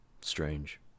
Strange